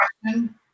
question